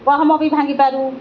ଗହମ ବି ଭାଙ୍ଗିପାରୁ